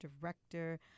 director